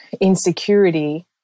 insecurity